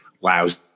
lousy